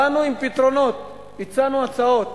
באנו עם פתרונות, הצענו הצעות,